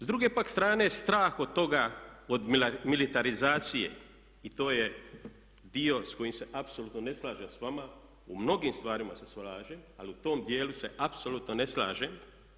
S druge pak strane strah od toga od militarizacije i to je dio s kojim se apsolutno ne slažem s vama u mnogim stvarima se slažem ali u tom dijelu se apsolutno ne slažem.